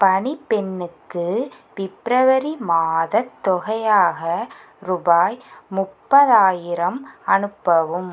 பணிப்பெண்ணுக்கு February மாதத் தொகையாக ரூபாய் முப்பதாயிரம் அனுப்பவும்